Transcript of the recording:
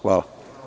Hvala.